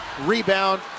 Rebound